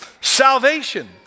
salvation